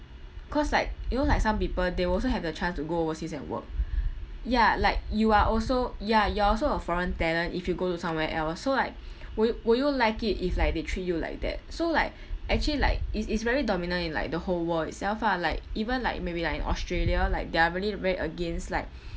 cause like you know like some people they also have the chance to go overseas and work ya like you are also ya you are also a foreign talent if you go to somewhere else so like wi~ will you like it if like they treat you like that so like actually like it's it's very dominant in like the whole world itself ah like even like maybe like in australia like they are really very against like